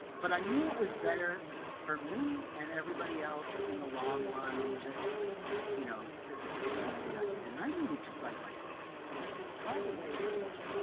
but i knew it was better for me and everybody else in the long run, just you know to to get used to the idea. and i needed to psych myself up for the idea. by the way, ladies,